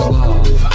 love